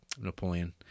Napoleon